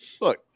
look